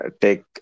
take